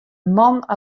man